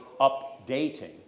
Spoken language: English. updating